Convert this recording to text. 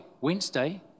Wednesday